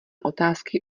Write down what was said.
otázky